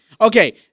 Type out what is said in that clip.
Okay